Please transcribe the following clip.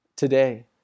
Today